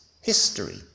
history